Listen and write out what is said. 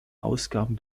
ausgaben